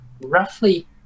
roughly